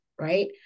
Right